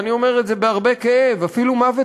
אני אומר את זה בהרבה כאב אפילו מוות